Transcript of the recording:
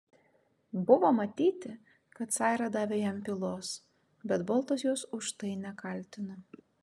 buvo matyti kad saira davė jam pylos bet boltas jos už tai nekaltino